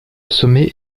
sommet